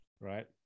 right